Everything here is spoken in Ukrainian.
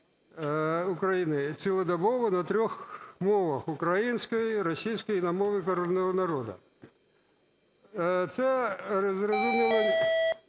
України цілодобово на трьох мовах: української, російської і на мові корінного народу. Це, зрозуміло,